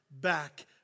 back